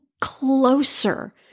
closer